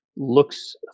looks